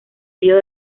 río